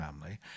family